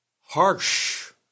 harsh